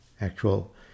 actual